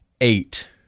eight